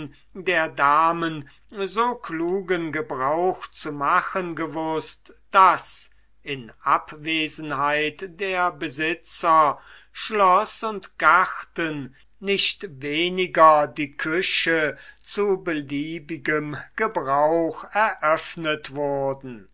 der damen so klugen gebrauch zu machen gewußt daß in abwesenheit der besitzer schloß und garten nicht weniger die küche zu beliebigem gebrauch eröffnet wurden